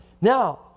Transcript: Now